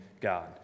God